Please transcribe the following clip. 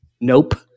nope